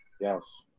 Yes